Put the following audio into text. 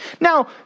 Now